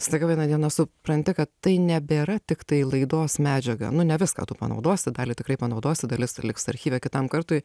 staiga vieną dieną supranti kad tai nebėra tiktai laidos medžiaga nu ne viską tu panaudosi dalį tikrai panaudosi dalis liks archyve kitam kartui